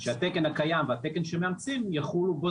שהתקן הקיים והתקן שמאמצים יחולו בו